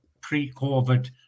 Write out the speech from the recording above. pre-covid